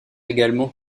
également